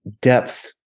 depth